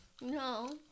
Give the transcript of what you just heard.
No